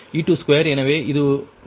எனவே இது ஒன்று